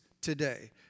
today